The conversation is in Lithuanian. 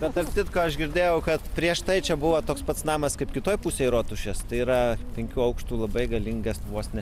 bet tarp kitko aš girdėjau kad prieš tai čia buvo toks pats namas kaip kitoj pusėj rotušės tai yra penkių aukštų labai galingas vos ne